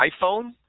iPhone